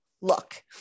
look